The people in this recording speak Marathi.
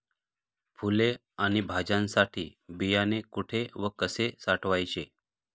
फुले आणि भाज्यांसाठी बियाणे कुठे व कसे साठवायचे?